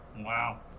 Wow